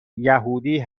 یهودی